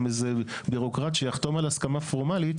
ואיזה בירוקרט יחתום על הסכמה פורמלית.